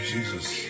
Jesus